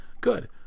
Good